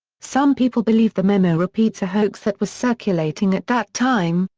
some people believe the memo repeats a hoax that was circulating at that time,